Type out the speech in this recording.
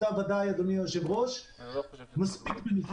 בוודאי אתה אדוני היושב ראש יודעים שמשרד